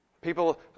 People